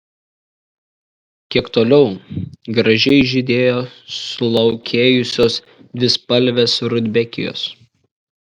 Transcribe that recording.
kiek toliau gražiai žydėjo sulaukėjusios dvispalvės rudbekijos